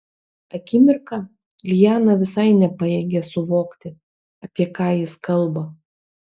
akimirką liana visai nepajėgė suvokti apie ką jis kalba